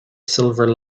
silver